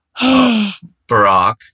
Barack